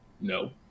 No